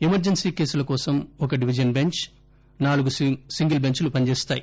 emergency కేసుల కోసం ఒక డివిజన్ బెంచ్ నాలుగు సింగిల్ బెంచ్ లు పని చేస్తాయి